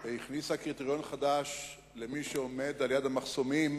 הכניסה קריטריון חדש למי שעומד על-יד המחסומים